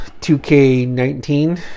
2K19